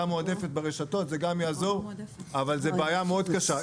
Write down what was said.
מועדפת ברשתות זה גם יעזור אבל זאת בעיה מאוד קשה.